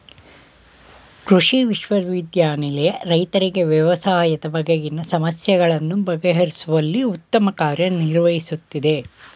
ಕೃಷಿ ವಿಶ್ವವಿದ್ಯಾನಿಲಯ ರೈತರಿಗೆ ವ್ಯವಸಾಯದ ಬಗೆಗಿನ ಸಮಸ್ಯೆಗಳನ್ನು ಬಗೆಹರಿಸುವಲ್ಲಿ ಉತ್ತಮ ಕಾರ್ಯ ನಿರ್ವಹಿಸುತ್ತಿದೆ